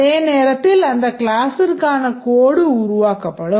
அதே நேரத்தில் அந்த classற்கான codeடு உருவாக்கப்படும்